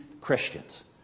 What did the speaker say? Christians